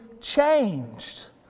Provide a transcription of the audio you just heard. changed